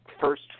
first